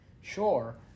Sure